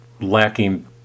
lacking